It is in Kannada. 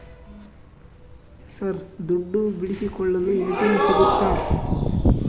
ಸರ್ ದುಡ್ಡು ಬಿಡಿಸಿಕೊಳ್ಳಲು ಎ.ಟಿ.ಎಂ ಸಿಗುತ್ತಾ?